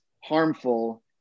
harmful